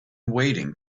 waiting